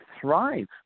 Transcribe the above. thrive